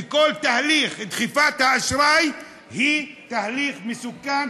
וכל תהליך דחיפת האשראי הוא תהליך מסוכן,